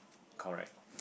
correct